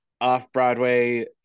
off-broadway